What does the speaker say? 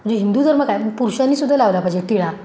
म्हणजे हिंदू धर्म आहे पुरुषांनीसुद्धा लावला पाहिजे टिळा